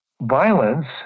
Violence